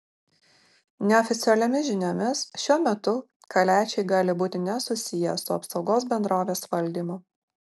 neoficialiomis žiniomis šiuo metu kaliačiai gali būti nesusiję su apsaugos bendrovės valdymu